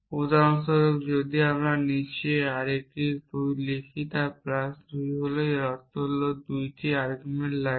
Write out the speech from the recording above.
উদাহরণস্বরূপ যদি আমরা নিচে arity 2 লিখি প্লাস এর অর্থ হল 2 টি আর্গুমেন্ট লাগে